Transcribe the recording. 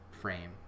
frame